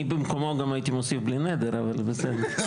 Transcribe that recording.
אני במקומו גם הייתי מוסיף בלי נדר, אבל בסדר.